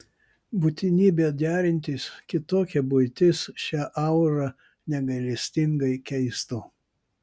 būtinybė derintis kitokia buitis šią aurą negailestingai keistų